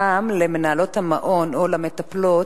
פעם למנהלות המעון או למטפלות,